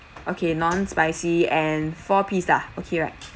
okay non spicy and four piece lah okay right